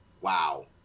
Wow